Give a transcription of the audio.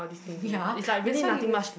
ya that's why you